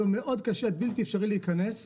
לו קשה מאוד עד בלתי אפשרי להיכנס.